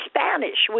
Spanish